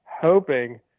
hoping